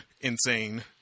insane